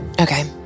okay